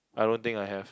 I don't think I have